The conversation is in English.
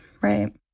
Right